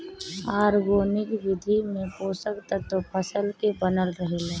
organic विधि में पोषक तत्व फसल के बनल रहेला